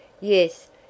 Yes